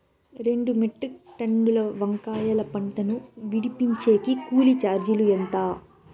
రెండు మెట్రిక్ టన్నుల వంకాయల పంట ను విడిపించేకి కూలీ చార్జీలు ఎంత?